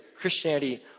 Christianity